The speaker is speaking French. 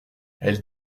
elle